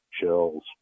chills